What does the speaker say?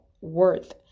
worth